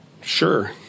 sure